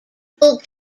bull